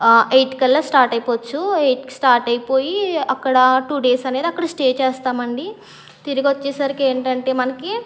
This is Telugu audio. ఎయిట్ కల్లా స్టార్ట్ అయిపోవచ్చు ఎయిట్ స్టార్ట్ అయిపోయి అక్కడ టు డేస్ అనేది అక్కడ స్టే చేస్తామండి తిరిగి వచ్చేసరికి ఏంటంటే మనకి